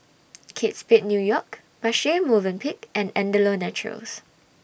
Kate Spade New York Marche Movenpick and Andalou Naturals